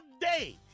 day